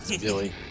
Billy